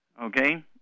Okay